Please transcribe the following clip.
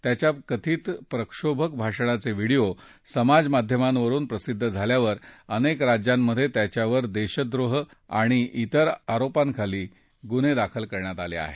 त्याच्या कथित प्रक्षोभक भाषणाचे व्हिडिओ समाजमाध्यमांवरून प्रसिद्ध झाल्यावर अनेक राज्यांमध्ये त्याच्यावर देशद्रोह आणि इतर आरोपांखाली गुन्हे दाखल झाले आहेत